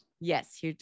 Yes